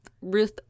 Ruth